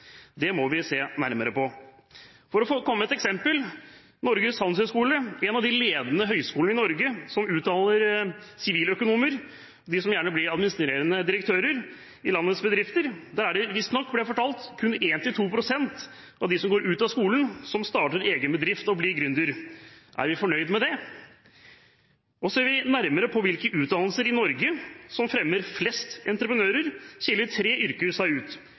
Det må vi se nærmere på. Et eksempel: Ved Norges Handelshøyskole, en av de ledende høyskolene i Norge som utdanner siviløkonomer; de som gjerne blir administrerende direktører i landets bedrifter, er det visstnok kun 1–2 pst. av dem som går ut av skolen, som starter egen bedrift og blir gründere. Er vi fornøyd med det? Ser vi nærmere på hvilke utdannelser i Norge som fremmer flest entreprenører, skiller tre yrker seg ut: